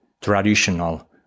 traditional